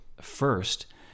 first